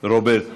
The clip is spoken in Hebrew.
רוברט טיבייב,